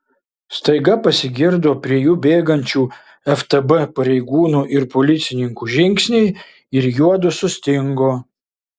staiga pasigirdo prie jų bėgančių ftb pareigūnų ir policininkų žingsniai ir juodu sustingo